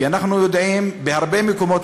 כי אנחנו יודעים שבהרבה מקומות,